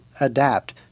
adapt